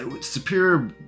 Superior